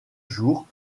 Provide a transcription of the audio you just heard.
jours